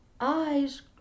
eyes